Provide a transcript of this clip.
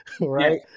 right